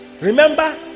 Remember